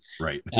Right